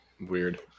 weird